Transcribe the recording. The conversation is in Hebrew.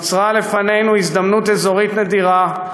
נוצרה לפנינו הזדמנות אזורית נדירה,